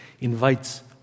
invites